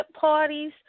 parties